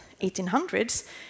1800s